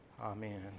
Amen